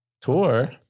Tour